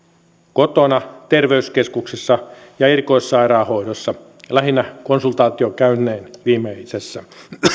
kotona terveyskeskuksessa ja erikoissairaanhoidossa lähinnä konsultaatiokäynnein viimeisessä